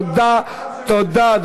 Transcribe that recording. לא לכפות, דת של חייל מאמין.